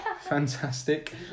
fantastic